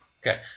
Okay